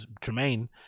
Tremaine